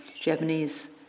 Japanese